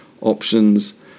options